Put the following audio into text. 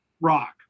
rock